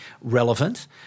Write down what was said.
relevant